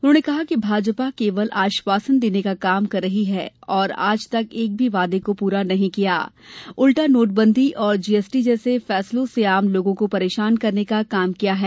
उन्होंने कहा कि भाजपा केवल आश्वासन देने का काम कर रही है और आज तक एक भी वादे को पुरा नहीं किया है उल्टा नोटबंदी और जीएसटी जैसे फैसलों से आम लोगों को परेशान करने का काम किया है